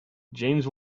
james